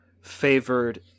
favored